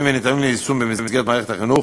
וניתנים ליישום במסגרת מערכת החינוך.